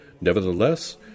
Nevertheless